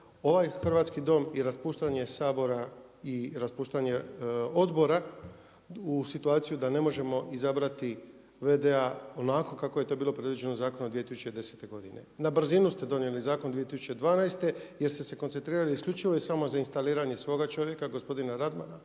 ovaj Hrvatski dom i raspuštanje Sabora i raspuštanje odbora u situaciju da ne možemo izabrati VD-a onako kako je to bilo predviđeno zakonom iz 2010. godine. Na brzinu ste donijeli zakon 2012. jer ste se koncentrirali isključivo i samo za instaliranje svoga čovjeka, gospodina Radmana